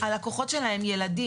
הלקוחות שלה הם ילדים.